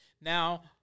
Now